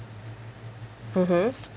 mmhmm